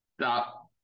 Stop